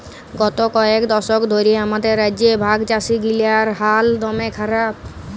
গত কয়েক দশক ধ্যরে আমাদের রাজ্যে ভাগচাষীগিলার হাল দম্যে খারাপ